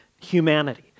humanity